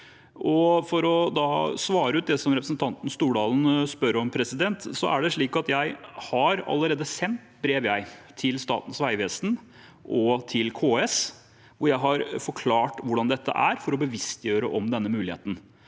For å svare ut det som representanten Stordalen spør om, er det slik at jeg allerede har sendt brev til Statens veivesen og til KS hvor jeg har forklart hvordan dette er, for å bevisstgjøre om denne muligheten.